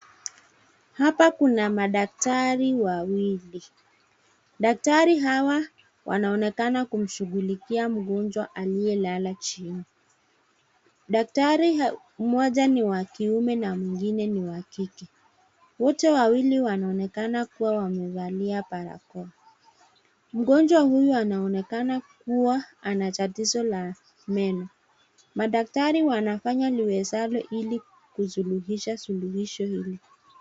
Hapa kuna madaktari wawili. Daktari hawa wanaonekana kumshughulikia mgonjwa aliyelala chini, daktari mmoja ni wa kiume mwengine wa kike wote wawili wanaonekana kuwa wamevalia barakoa, mgonjwa huyu anaonekana kuwa ana tatizo la meno, madaktari wanafanya liwezalo ili kusuluhisha suluhisho hili.